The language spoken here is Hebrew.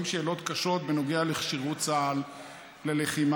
שאלות קשות בנוגע לכשירות צה"ל ללחימה.